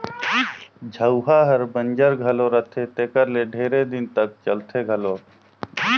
झउहा हर बंजर घलो रहथे तेकर ले ढेरे दिन तक चलथे घलो